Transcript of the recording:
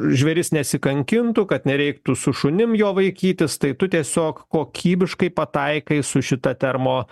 žvėris nesikankintų kad nereiktų su šunim jo vaikytis tai tu tiesiog kokybiškai pataikai su šita termo